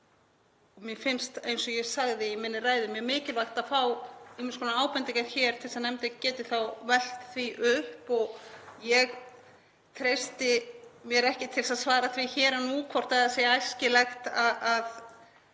og mér finnst, eins og ég sagði í minni ræðu, mjög mikilvægt að fá ýmiss konar ábendingar hér til þess að nefndin geti velt því upp. Ég treysti mér ekki til að svara því hér og nú hvort það sé æskilegt að